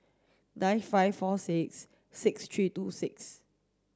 nine five four six six three two six